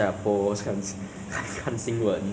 我有玩 Mobile Legends ah but 很少